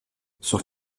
sur